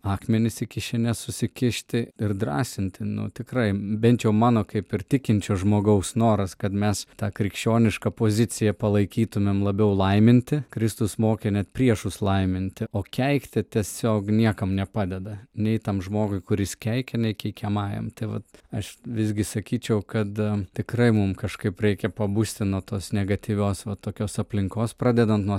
akmenis į kišenes susikišti ir drąsinti nu tikrai bent jau mano kaip ir tikinčio žmogaus noras kad mes tą krikščionišką poziciją palaikytumėm labiau laiminti kristus mokė net priešus laiminti o keikti tiesiog niekam nepadeda nei tam žmogui kuris keikia nei keikiamajam tai vat aš visgi sakyčiau kad tikrai mum kažkaip reikia pabusti nuo tos negatyvios va tokios aplinkos pradedant nuo